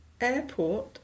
airport